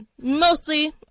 Mostly